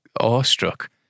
awestruck